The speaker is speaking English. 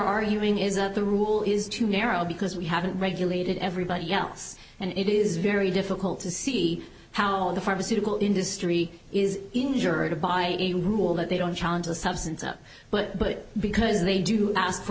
arguing is a the rule is too narrow because we haven't regulated everybody else and it is very difficult to see how the pharmaceutical industry is to buy a rule that they don't challenge the substance up but because they do ask